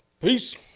Peace